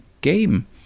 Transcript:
game